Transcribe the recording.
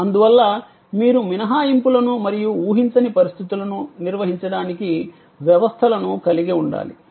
అందువల్ల మీరు మినహాయింపులను మరియు ఊహించని పరిస్థితులను నిర్వహించడానికి వ్యవస్థలను కలిగి ఉండాలి